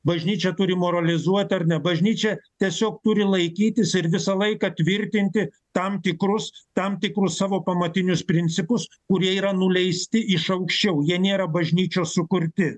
bažnyčia turi moralizuoti ar ne bažnyčia tiesiog turi laikytis ir visą laiką tvirtinti tam tikrus tam tikrus savo pamatinius principus kurie yra nuleisti iš anksčiau jie nėra bažnyčios sukurti